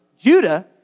Judah